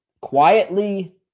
quietly